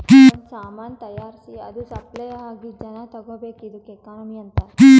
ಒಂದ್ ಸಾಮಾನ್ ತೈಯಾರ್ಸಿ ಅದು ಸಪ್ಲೈ ಆಗಿ ಜನಾ ತಗೋಬೇಕ್ ಇದ್ದುಕ್ ಎಕನಾಮಿ ಅಂತಾರ್